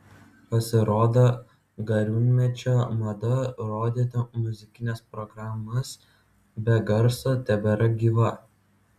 pasirodo gariūnmečio mada rodyti muzikines programas be garso tebėra gyva